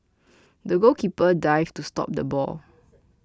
the goalkeeper dived to stop the ball